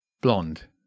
Blonde